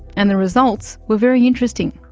and the results were very interesting.